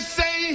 say